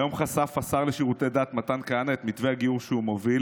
היום חשף השר לשירותי דת מתן כהנא את מתווה הגיור שהוא מוביל,